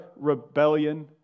rebellion